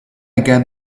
get